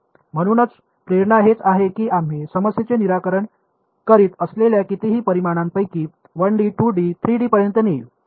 म्हणूनच प्रेरणा हेच आहे की आम्ही समस्येचे निराकरण करीत असलेल्या कितीही परिमाणांपैकी 1 डी 2 डी 3 डी पर्यंत नेईल